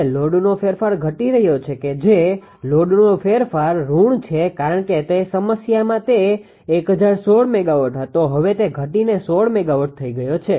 હવે લોડનો ફેરફાર ઘટી રહ્યો છે કે જે લોડનો ફેરફાર ઋણ છે કારણ કે તે સમસ્યામાં તે 1016 મેગાવોટ હતો હવે તે ઘટીને 16 મેગાવોટ થઈ ગયો છે